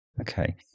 Okay